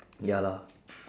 ya lah